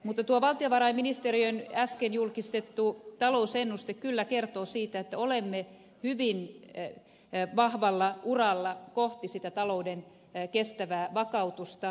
mutta tuo valtiovarainministeriön äsken julkaisema talousennuste kyllä kertoo siitä että olemme hyvin vahvalla uralla kohti sitä talouden kestävää vakautusta